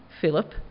Philip